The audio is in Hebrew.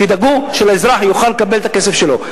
תדאגו שהאזרח יוכל לקבל את הכסף שלו.